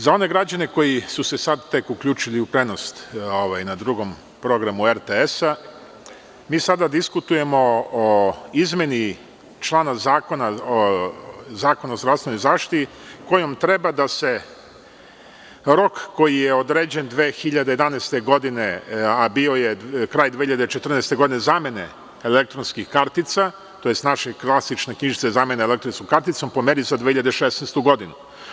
Za one građane koji su se tek sada uključili u prenos na Drugom programu RTS, mi sada diskutujemo o izmeni člana Zakona o zdravstvenoj zaštiti, kojom treba da se rok koji je određen 2011. godine, a bio je kraj 2014. godine, zamene elektronskih kartica, tj. naše klasične knjižice zamene elektronskom karticom, pomeri za 2016. godinu.